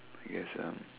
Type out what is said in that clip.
I guess um